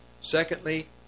secondly